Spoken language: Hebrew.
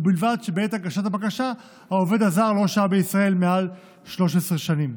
ובלבד שבעת הגשת הבקשה העובד הזר לא שהה בישראל מעל 13 שנה.